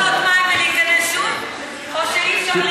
אפשר לשתות מים ולהיכנס שוב או שאי-אפשר,